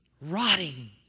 Rotting